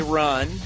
run